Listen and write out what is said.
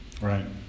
right